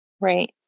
Right